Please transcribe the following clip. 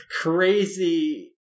crazy